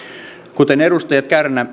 kuten edustajat kärnä